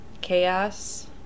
Chaos